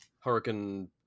hurricane